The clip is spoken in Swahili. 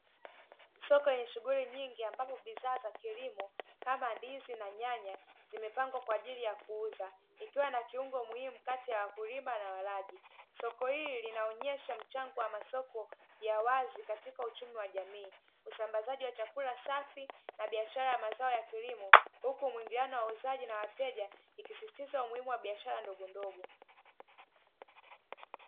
Soko lenye shughuli nyingi ambapo bidhaa za kilimo kama ndizi na nyanya zimepangwa kwa ajili ya kuuza. Kuwa na kiungo muhimu kati ya mkulima na walaji. Soko hili linaonyesha mchango wa masoko ya wazi katika uchumi wa jamii, usambazaji wa chakula safi na biashara ya mazao ya kilimo, huku mwingiliano wa wauzaji na wateja ikisisitizwa umuhimu wa biashara ndogo ndogo.